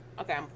Okay